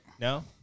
No